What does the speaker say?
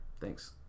thanks